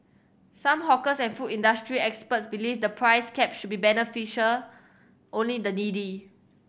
some hawkers and food industry experts believe the price caps should beneficial only the needy